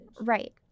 Right